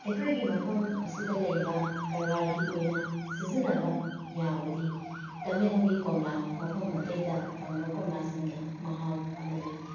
ꯑꯩꯈꯣꯏꯒꯤ ꯃꯐꯝ ꯑꯁꯤꯗ ꯂꯩꯕ ꯀꯔꯕꯥꯔꯒꯤ ꯑꯣꯏꯅ ꯁꯤꯖꯤꯟꯅꯕ ꯌꯥꯕꯗꯤ ꯇꯃꯦꯡꯂꯣꯡꯒꯤ ꯀꯣꯝꯂꯥ ꯃꯐꯝ ꯑꯇꯩꯗ ꯐꯪꯕ ꯀꯣꯝꯂꯥꯁꯤꯡꯒ ꯃꯍꯥꯎ ꯑꯃꯗꯤ